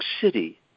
City